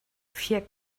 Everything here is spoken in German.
vier